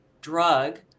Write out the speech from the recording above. drug